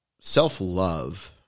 self-love